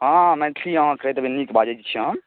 हँ मैथिली अहाँ कहि देबै नीक बाजै छिए हम